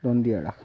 dandiya Raas